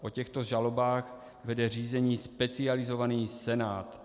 O těchto žalobách vede řízení specializovaný senát.